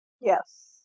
Yes